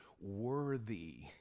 worthy